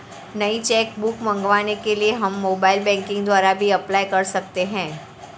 नई cheque book मंगवाने के लिए हम मोबाइल बैंकिंग द्वारा भी अप्लाई कर सकते है